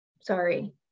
Sorry